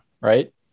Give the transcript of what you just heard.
right